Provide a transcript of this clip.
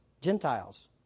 Gentiles